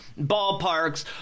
ballparks